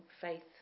faith